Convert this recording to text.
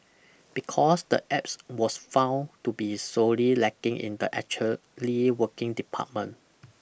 because the apps was found to be sorely lacking in the actually working department